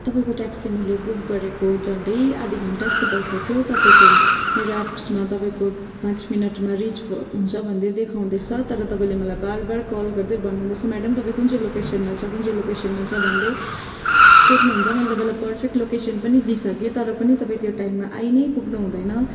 तपाईँको ट्याक्सी मैले बुक गरेको झन्डै आधा घन्टा जस्तो भइसक्यो तपाईँको मेरो एप्समा तपाईँको पाँच मिनटमा रिच हुन्छ भन्दै देखाउँदैछ तर तपाईँले मलाई बार बार कल गर्दै भन्नुहुँदैछ मेडम तपाईँ कुन चाहिँ लोकेसनमा छ कुन चाहिँ लोकेसनमा छ भन्दै सोध्नुहुन्छ मैले तपाईँलाई पर्फेक्ट लोकेसन पनि दिइसकेँ तर पनि तपाईँ त्यो टाइममा आइ नै पुग्नुहुँदैन